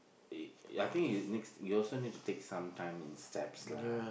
I think you next you also need to take some time in steps lah